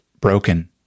broken